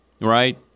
right